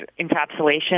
encapsulation